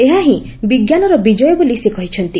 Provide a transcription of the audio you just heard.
ଏହାହିଁ ବିଜ୍ଞାନର ବିଜୟ ବୋଲି ସେ କହିଛନ୍ତି